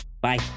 Bye